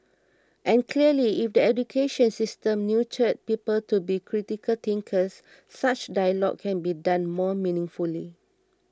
and clearly if the education system nurtured people to be critical thinkers such dialogue can be done more meaningfully